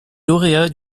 lauréat